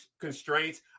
constraints